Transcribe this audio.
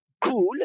cool